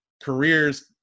careers